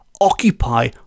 occupy